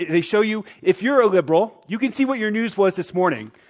they show you if you're a liberal you can see what your news was this morning.